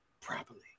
properly